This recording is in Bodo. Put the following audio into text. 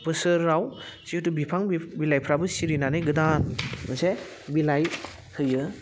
बोसोराव जिहेथु बिफां बिलाइफ्राबो सिरिनानै गोदान मोनसे बिलाइ होयो